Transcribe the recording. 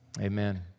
amen